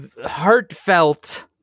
heartfelt